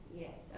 yes